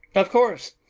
of course,